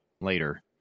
later